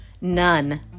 None